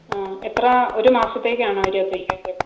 ആ എത്ര ഒരു മാസത്തേക്കാണോ ഇരുപത്തയ്യായിരം